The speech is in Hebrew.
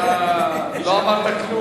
אתה לא אמרת כלום.